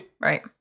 right